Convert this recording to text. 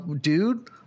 dude